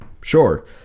Sure